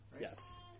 Yes